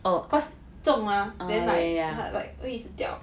cause 重 mah then like like 会一直掉